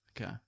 Okay